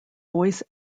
voice